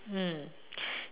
mm